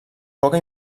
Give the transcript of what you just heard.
poca